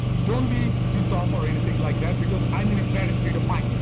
don't be pissed off or anything like that, because i'm in a bad state of mind.